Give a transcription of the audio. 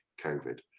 COVID